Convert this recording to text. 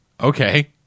okay